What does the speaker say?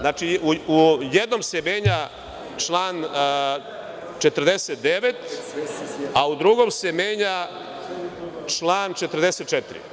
Znači, u jednom se menja član 49, a u drugom se menja član 44.